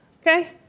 Okay